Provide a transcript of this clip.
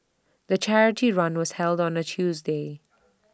the charity run was held on A Tuesday